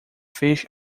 fish